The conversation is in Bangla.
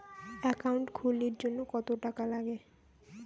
একাউন্ট খুলির জন্যে কত টাকা নাগে?